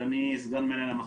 ואני סגן מנהל המחלקה.